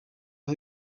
aho